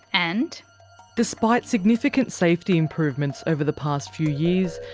and despite significant safety improvements over the past few years,